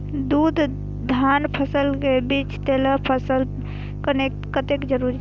दू धान्य फसल के बीच तेलहन फसल कतेक जरूरी छे?